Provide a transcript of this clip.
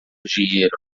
dinheiro